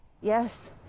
Yes